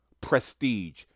prestige